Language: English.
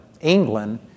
England